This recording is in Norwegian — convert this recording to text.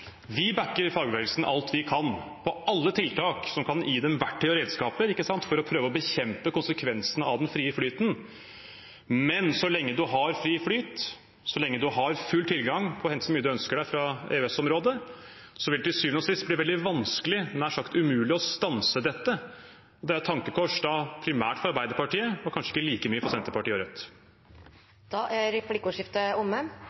Vi backer fagbevegelsen alt vi kan på alle tiltak som kan gi dem verktøy og redskaper, for å prøve å bekjempe konsekvensene av den frie flyten, men så lenge man har fri flyt, så lenge man har full tilgang på å hente så mye man ønsker seg fra EØS-området, vil det til syvende og sist bli veldig vanskelig, nær sagt umulig, å stanse dette. Det er et tankekors primært for Arbeiderpartiet, og kanskje ikke like mye for Senterpartiet og Rødt. Replikkordskiftet er omme.